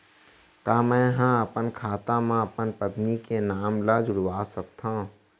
का मैं ह अपन खाता म अपन पत्नी के नाम ला जुड़वा सकथव?